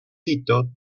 tito